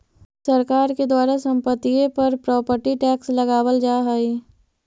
सरकार के द्वारा संपत्तिय पर प्रॉपर्टी टैक्स लगावल जा हई